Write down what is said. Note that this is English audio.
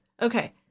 Okay